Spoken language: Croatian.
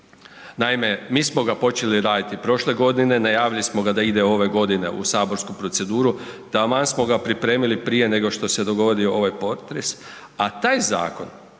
Naime, mi smo ga počeli radi prošle godine, najavili smo ga da ide ove godine u saborsku proceduru, taman smo ga pripremili prije nego što se dogodio ovaj potres, a taj zakon